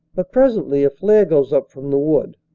but presently a flare goes up from the wood.